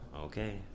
okay